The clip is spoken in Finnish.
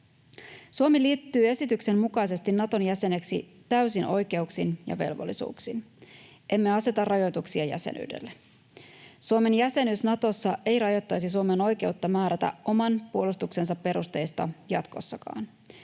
Suomi liittyy esityksen mukaisesti Naton jäseneksi täysin oikeuksiin ja velvollisuuksin. Emme aseta rajoituksia jäsenyydelle. Suomen jäsenyys Natossa ei rajoittaisi Suomen oikeutta määrätä oman puolustuksensa perusteista jatkossakaan.